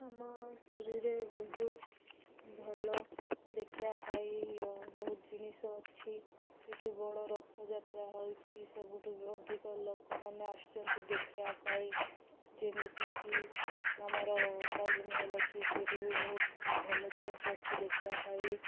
ଆମ ପୁରୀରେ ବହୁତ ଭଲ ଦେଖିବା ପାଇଁ ବହୁତ ଜିନିଷ ଅଛି ସେଇଠି ବଡ଼ ରଥଯାତ୍ରା ହେଉଛି ସବୁଠୁ ଅଧିକ ଲୋକମାନେ ଆସୁଛନ୍ତି ଦେଖିବା ପାଇଁ ଯେମିତିକି ଆମର ତାଜମହଲ ଅଛି ସେଇଠି ବି ବହୁତ ଭଲ ଜିନିଷ ଅଛି ଦେଖିବା ପାଇଁ